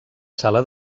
sala